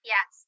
Yes